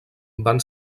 van